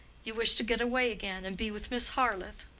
you wish to get away again and be with miss harleth.